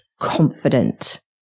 confident